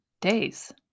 days